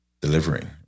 delivering